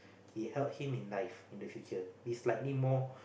it help him in life in the future he's slightly more